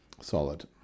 Solid